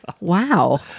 Wow